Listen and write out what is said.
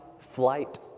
flight